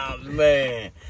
Man